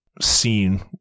scene